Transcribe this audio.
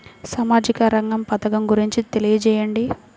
సామాజిక రంగ పథకం గురించి తెలియచేయండి?